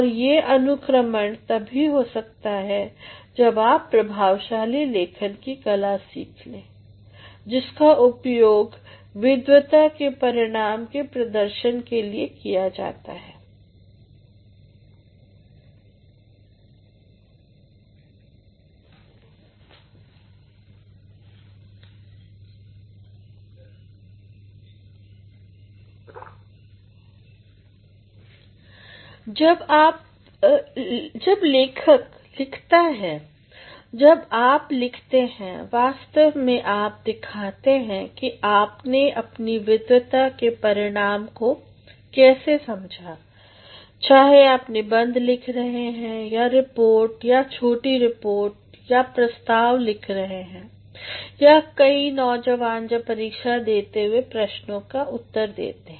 और ये अनुक्रमण तभी हो सकता है जब आप प्रभावशाली लेखन की कला सीख लें जिसका उपयोग विद्धवता के परिणाम के प्रदर्शन के लिए किया जाता है जब एक लिखक लिखता है जब आप लिखते हैं वास्तव में आप दिखाते हैं कि आपने अपने विद्धवता के परिणाम को कैसे समझा चाहे आप निबंध लिख रहे हैं या रिपोर्ट या छोटी रिपोर्ट या प्रस्ताव लिख रहे हैं या कई नौजवान जब परीक्षा देते वक्त प्रशनों का उत्तर देते हैं